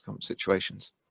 situations